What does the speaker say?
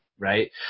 Right